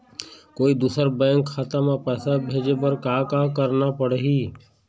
कोई दूसर बैंक खाता म पैसा भेजे बर का का करना पड़ही?